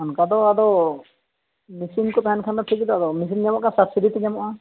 ᱚᱱᱠᱟ ᱫᱚ ᱟᱫᱚ ᱢᱮᱥᱤᱱ ᱠᱚ ᱛᱟᱦᱮᱱ ᱠᱷᱟᱱ ᱫᱚ ᱴᱷᱤᱠ ᱜᱮᱫᱚ ᱢᱮᱥᱤᱱ ᱧᱟᱢᱚᱜ ᱠᱷᱟᱱ ᱥᱟᱵ ᱥᱤᱰᱤᱠᱚ ᱧᱟᱢᱚᱜᱼᱟ